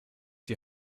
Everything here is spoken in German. die